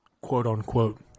quote-unquote